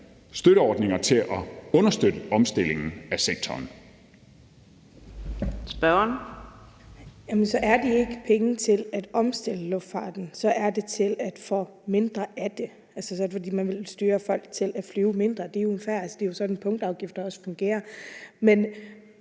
Spørgeren. Kl. 11:46 Sólbjørg Jakobsen (LA): Jamen så er det ikke penge til at omstille luftfarten; så er det for at få mindre af det. Altså, så er det, fordi man vil styre folk til at flyve mindre, og det er jo fair. Det er jo også sådan, en punktafgift fungerer. Men